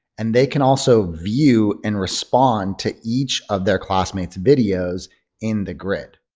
and they can also view and respond to each of their classmates videos in the grid.